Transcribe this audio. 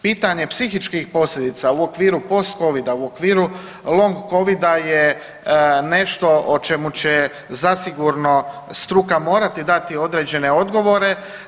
Pitanje psihičkih posljedica u okviru post-Covida, u okviru long Covida je nešto o čemu će zasigurno struka morati dati određene odgovore.